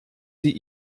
sie